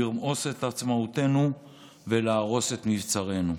לרמוס את עצמאותנו ולהרוס את מבצרנו.